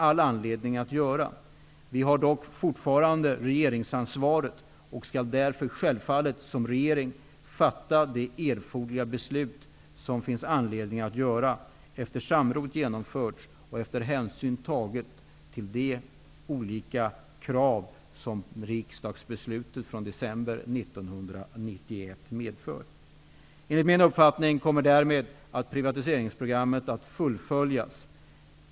Vi har dock fortfarande regeringsansvaret och skall därför självfallet som regering fatta de erforderliga besluten efter det att samrådet är genomfört och efter det att hänsyn tagits till de olika krav som riksdagsbeslutet från december 1991 medför. Enligt min uppfattning kommer därmed privatiseringsprogrammet att fullföljas.